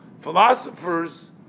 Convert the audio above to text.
philosophers